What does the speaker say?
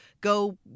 go